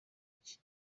iki